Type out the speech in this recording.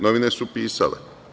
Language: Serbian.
Novine su pisale.